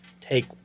take